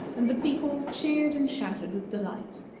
and the people cheered and shouted with delight.